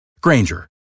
Granger